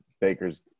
Baker's